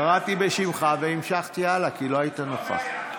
קראתי בשמך והמשכתי הלאה, כי לא היית נוכח.